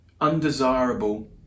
undesirable